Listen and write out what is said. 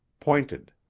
pointed.